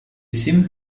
seemed